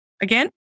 Again